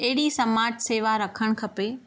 अहिड़ी समाज सेवा रखणु खपे